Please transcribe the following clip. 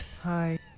hi